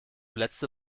letzte